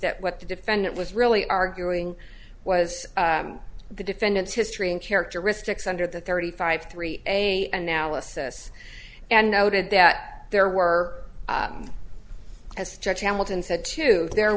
that what the defendant was really arguing was the defendant's history and characteristics under the thirty five three a analysis and noted that there were as judge hamilton said too there